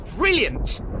Brilliant